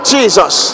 Jesus